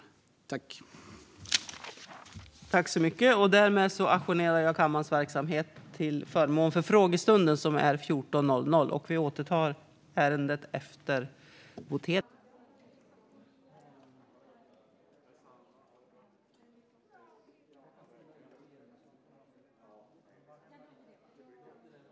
En god arbetsmiljö för framtiden - reger-ingens arbetsmiljö-strategi 2021-2025 m.m.